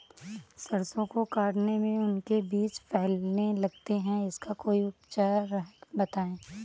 सरसो को काटने में उनके बीज फैलने लगते हैं इसका कोई उपचार बताएं?